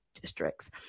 districts